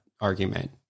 argument